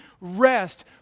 rest